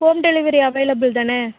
home delivery available தானே